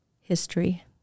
History